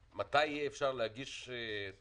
גפני, מתי אפשר יהיה להגיש טפסים.